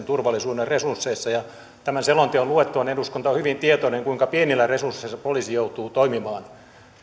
turvallisuuden resursseissa ja tämän selonteon luettuaan eduskunta on hyvin tietoinen kuinka pienillä resursseilla poliisi joutuu toimimaan